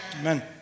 Amen